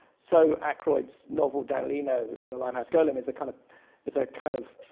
so aykroyd's novel dan leno and the limehouse golem is a kind of it's a kind of